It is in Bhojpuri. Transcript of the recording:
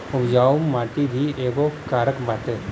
उपजाऊ माटी भी एगो कारक बाटे